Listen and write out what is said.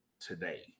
today